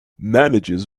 managers